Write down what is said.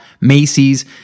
Macy's